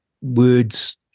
words